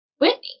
Whitney